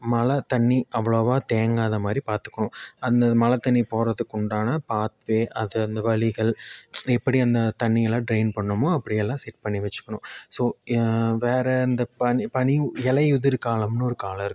மழை தண்ணீர் அவ்வளவாக தேங்காத மாதிரி பார்த்துக்குணும் அந்த மழை தண்ணீர் போகிறதுக்கு உண்டான பாத்வே அந்த வழிகள் எப்படி அந்த தண்ணீரையெல்லாம் ட்ரைன் பண்ணணுமோ அப்படியெல்லாம் செட் பண்ணி வச்சுக்கணும் ஸோ வேறு இந்த பனி பனி இலையுதிர் காலம்னு ஒரு காலம் இருக்குது